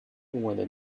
whether